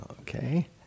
okay